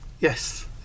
Yes